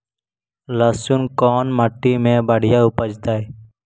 लहसुन कोन मट्टी मे बढ़िया उपजतै?